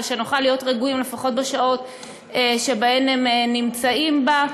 ושנוכל להיות רגועים לפחות בשעות שבהן הם נמצאים בה.